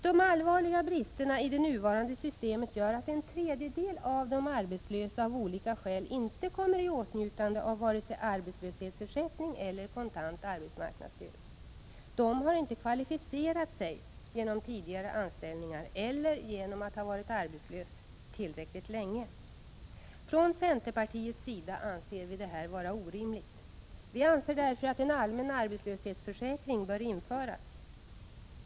De allvarliga bristerna i det nuvarande systemet gör att en tredjedel av de arbetslösa av olika skäl inte kommer i åtnjutande av vare sig arbetslöshetsersättning eller kontant arbetsmarknadsstöd. De har inte kvalificerat sig genom tidigare anställningar eller genom att ha varit arbetslösa tillräckligt länge. Vi i centerpartiet anser detta vara orimligt. Vi anser därför att en allmän arbetslöshetsförsäkring bör införas.